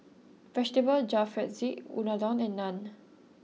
Vegetable Jalfrezi Unadon and Naan